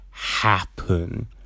Happen